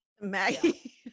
Maggie